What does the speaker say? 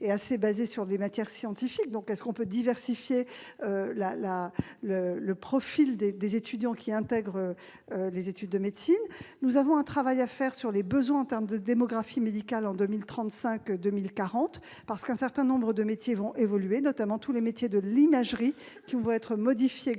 et fondé sur les matières scientifiques. Ne peut-on pas diversifier le profil des étudiants qui intègrent les études de médecine ? Nous avons un travail à engager sur les besoins en termes de démographie médicale en 2035-2040, parce qu'un certain nombre de métiers vont évoluer, notamment tous les métiers de l'imagerie qui vont se transformer